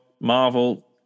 Marvel